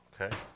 Okay